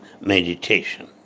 meditation